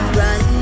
run